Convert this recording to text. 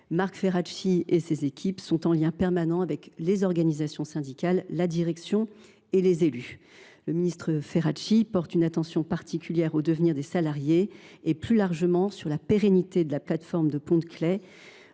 Marc Ferracci et ses équipes sont en lien permanent avec les organisations syndicales, la direction et les élus. Le ministre porte une attention particulière au devenir des salariés et, plus largement, à la pérennité de la plateforme du Pont de Claix,